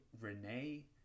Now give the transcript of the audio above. Renee